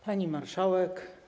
Pani Marszałek!